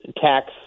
tax